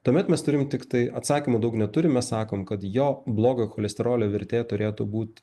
tuomet mes turim tiktai atsakymų daug neturim mes sakom kad jo blogojo cholesterolio vertė turėtų būt